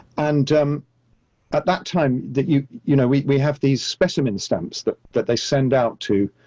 and at that time that you, you know, we have these specimen stamps that that they send out to,